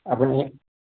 আপুনি